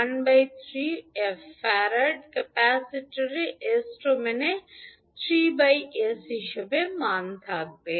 13 𝐹 farad ক্যাপাসিটরের S ডোমেনে 3 s হিসাবে মান থাকবে